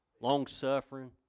Long-suffering